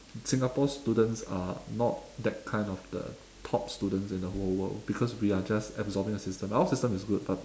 singapore students are not that kind of the top students in the whole world because we are just absorbing the system our system is good but